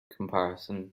comparison